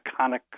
iconic